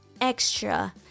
extra